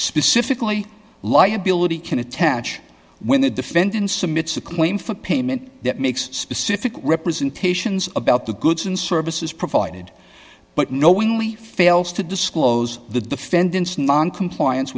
specifically liability can attach when the defendants emits a claim for payment that makes specific representations about the goods and services provided but knowingly fails to disclose the defendant's noncompliance